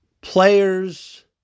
players